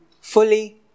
fully